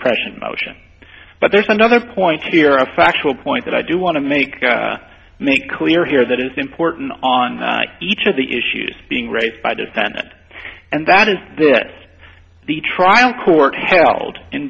suppression motion but there's another point here a factual point that i do want to make make clear here that is important on each of the issues being raised by defendant and that is this the trial court held in